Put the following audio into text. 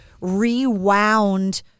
rewound